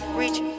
reach